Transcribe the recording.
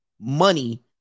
Money